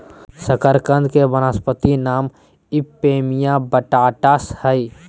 शकरकंद के वानस्पतिक नाम इपोमिया बटाटास हइ